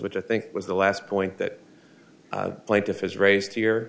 which i think was the last point that plaintiff has raised here